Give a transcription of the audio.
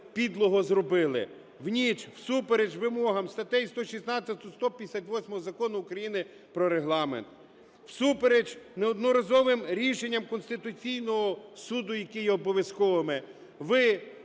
підлого зробили? В ніч всупереч вимогам статей 116-ї, 158-ї Закону України про Регламент, всупереч неодноразовим рішенням Конституційного Суду, які є обов'язковими, ви,